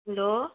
hello